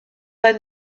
pas